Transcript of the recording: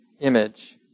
image